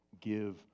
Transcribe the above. give